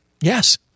Yes